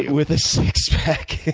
with a six pack,